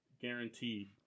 Guaranteed